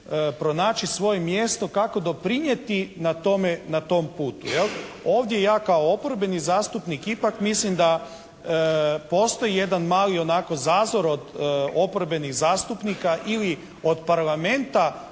pronaći svoje mjesto kako doprinijeti tome na tom putu, jel'. Ovdje ja kao oporbeni zastupnik ipak mislim da postoji jedan mali onako zazor od oporbenih zastupnika ili od Parlamenta